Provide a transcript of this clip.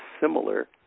similar